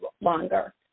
longer